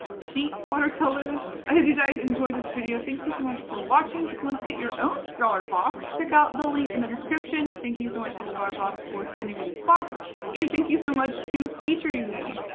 sheet watercolors? i hope you guys enjoyed this video. thank you so much for watching. if you want to get your own scrawlrbox, check out the link in the description. thank you so much to scrawlrbox for sending me this box. and thank you so much to featuring me.